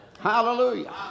Hallelujah